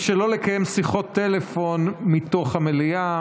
שלא לקיים שיחות טלפון מתוך המליאה.